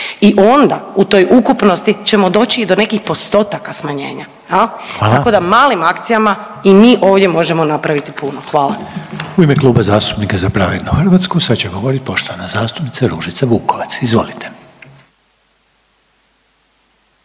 I onda u toj ukupnosti ćemo doći i do nekih postotaka smanjenja, tako da malim akcijama i mi ovdje možemo napraviti puno. Hvala. **Reiner, Željko (HDZ)** U ime Kluba zastupnika Za pravednu Hrvatsku sad će govoriti poštovana zastupnica Ružica Vukovac. Izvolite.